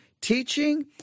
teaching